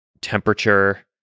temperature